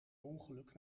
ongeluk